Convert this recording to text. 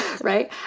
right